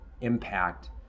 impact